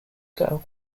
goal